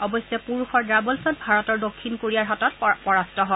অৱশ্যে পুৰুষৰ ডাবলছত ভাৰত দক্ষিণ কোৰিয়াৰ হাতত পৰাস্ত হয়